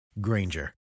Granger